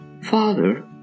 Father